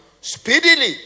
speedily